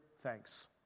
thanks